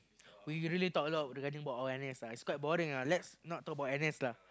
we really talk a lot regarding about our N_S ah it's quite boring ah let's not talk about N_S lah